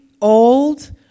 old